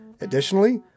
Additionally